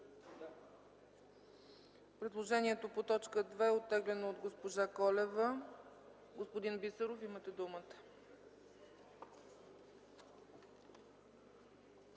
Предложението по т. 2 е оттеглено от госпожа Колева. Господин Бисеров, имате думата.